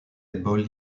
ball